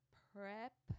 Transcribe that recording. prep